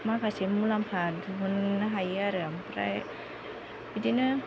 माखासे मुलाम्फा दिहुननो हायो आरो ओमफ्राय बिदिनो